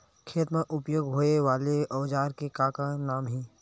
खेत मा उपयोग होए वाले औजार के का नाम हे?